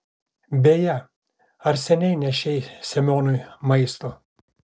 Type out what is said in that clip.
beje ar seniai nešei semionui maisto